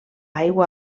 aigua